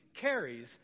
carries